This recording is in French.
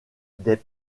des